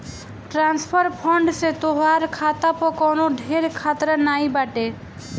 transfer fund से तोहार खाता पअ कवनो ढेर खतरा नाइ बाटे